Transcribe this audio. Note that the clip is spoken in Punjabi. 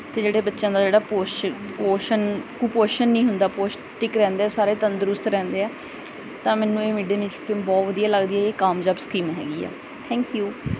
ਅਤੇ ਜਿਹੜੇ ਬੱਚਿਆਂ ਦਾ ਜਿਹੜਾ ਪੋਸ਼ ਪੋਸ਼ਨ ਕੁਪੋਸ਼ਣ ਨਹੀਂ ਹੁੰਦਾ ਪੌਸ਼ਟਿਕ ਰਹਿੰਦੇ ਆ ਸਾਰੇ ਤੰਦਰੁਸਤ ਰਹਿੰਦੇ ਆ ਤਾਂ ਮੈਨੂੰ ਇਹ ਮਿਡਡੇ ਮੀਲ ਸਕੀਮ ਬਹੁਤ ਵਧੀਆ ਲੱਗਦੀ ਆ ਇਹ ਕਾਮਯਾਬ ਸਕੀਮ ਹੈਗੀ ਆ ਥੈਂਕ ਯੂ